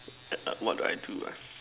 what do I do ah